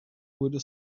wurde